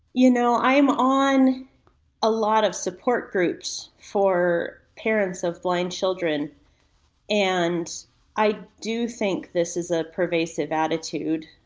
you know i'm on a lot of support groups for parents of blind children and i do think this is a pervasive attitude.